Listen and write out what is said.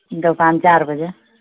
दोकान चारि बजे